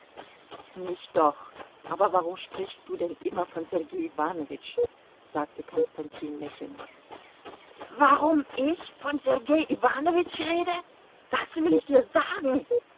nicht doch aber warum sprichst du denn immer von sergei iwanowitsch sagte konstantin lächelnd warum ich von sergei iwanowitsch rede das will ich dir sagen